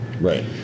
right